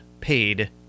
paid